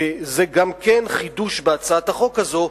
וזה גם כן חידוש בהצעת החוק הזו,